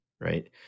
Right